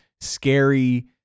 scary